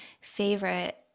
favorite